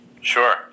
Sure